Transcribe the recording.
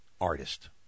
artist